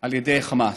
על ידי חמאס.